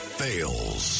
fails